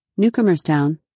Newcomerstown